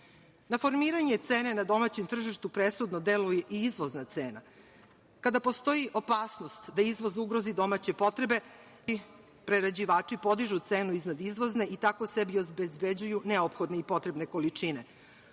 Na formiranje cene na domaćem tržištu presudno deluje i izvozna cena. Kada postoji opasnost da izvoz ugrozi domaće potrebe, domaći prerađivači podižu cenu iznad izvozne i tako sebi obezbeđuju neophodne i potrebne količine,